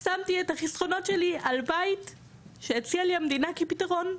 שמתי את החסכונות שלי על בית שהציעה לי המדינה כפתרון.